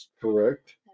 Correct